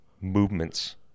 movements